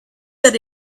that